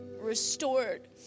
restored